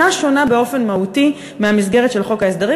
שונה באופן מהותי מהמסגרת של חוק ההסדרים,